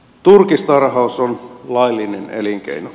turkistarhaus on laillinen elinkeino